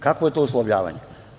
Kakvo je to uslovljavanje?